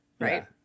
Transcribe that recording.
right